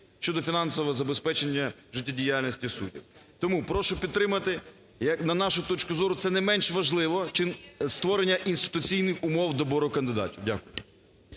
щодо фінансового забезпечення життєдіяльності суддів. Тому прошу підтримати. На нашу точку зору, це не менш важливе створення інституційних умов добору кандидатів. Дякую.